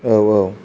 औ औ